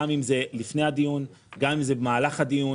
גם אם זה לפני הדיון, גם אם זה במהלך הדיון